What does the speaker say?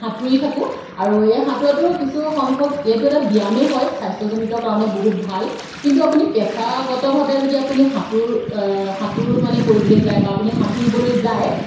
সাঁতুৰি থাকোঁ আৰু এই সাঁতোৰাটোৰ কিছু সংখ্যক এইটো এটা ব্যায়ামেই হয় স্বাস্থ্যজনিত কাৰণত বহুত ভাল কিন্তু আপুনি পেছাগতভাৱে যদি আপুনি সাঁতোৰ সাঁতোৰ মানে কৰিবলৈ যায় বা আপুনি সাঁতুৰিবলৈ যায়